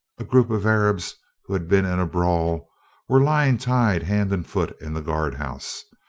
a group of arabs who had been in a brawl were lying tied hand and foot in the guardhouse,